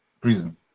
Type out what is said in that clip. prison